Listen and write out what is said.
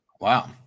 Wow